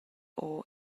ora